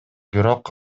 бирок